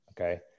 okay